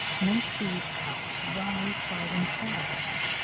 make these cups rise by themselves,